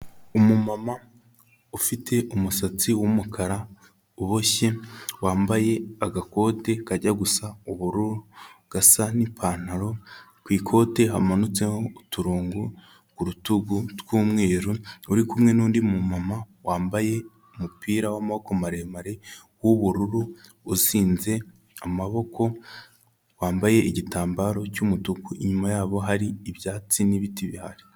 Umumama ufite umusatsi w'umukara uboshye, wambaye agakoti kajya gusa ubururu gasa n'ipantaro, ku ikote hamanutseho uturongo ku rutugu tw'umweru, uri kumwe n'undi mu mumama wambaye umupira w'amaboko maremare w'ubururu uzinze amaboko, wambaye igitambaro cy'umutuku, inyuma yabo hari ibyatsi n'ibiti bihari.